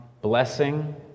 blessing